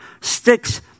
sticks